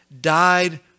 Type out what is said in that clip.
died